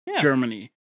Germany